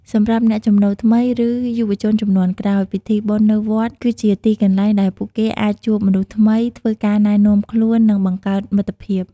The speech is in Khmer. សម្រាប់អ្នកចំណូលថ្មី ឬយុវជនជំនាន់ក្រោយ ពិធីបុណ្យនៅវត្តគឺជាទីកន្លែងដែលពួកគេអាចជួបមនុស្សថ្មី ធ្វើការណែនាំខ្លួន និងបង្កើតមិត្តភាព។